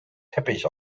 teppich